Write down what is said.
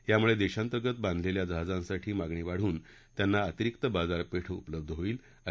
यामुळे देशांतर्गत बांधलेल्या जहाजांसाठी मागणी वाढून त्यांना अतिरिक्त बाजारपेठ उपलब्ध होईल अशी अपेक्षा आहे